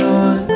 on